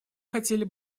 хотели